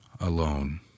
alone